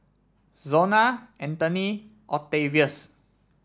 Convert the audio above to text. Zona Antony Octavius